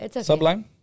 Sublime